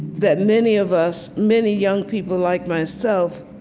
that many of us, many young people like myself,